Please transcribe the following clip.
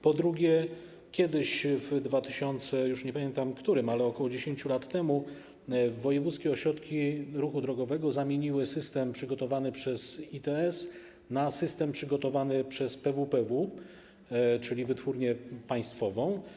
Po drugie, kiedyś, w dwa tysiące... już nie pamiętam którym, ale ok. 10 lat temu, wojewódzkie ośrodki ruchu drogowego zamieniły system przygotowany przez ITS na system przygotowany przez PWPW, czyli wytwórnię państwową.